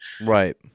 Right